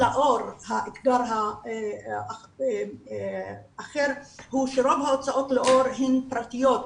אתגר אחר הוא שרוב ההוצאות לאור הן פרטיות,